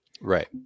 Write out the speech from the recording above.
right